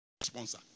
sponsor